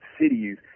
cities